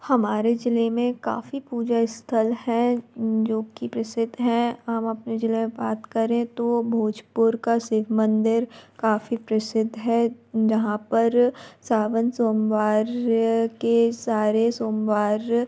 हमारे ज़िले में काफ़ी पूजा स्थल हैं जो कि प्रसिद्ध हैं हम अपने ज़िले पर बात करें तो भोजपुर का शिव मंदिर काफ़ी प्रसिद्ध है जहाँ पर सावन सोमवार के सारे सोमवार